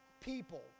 people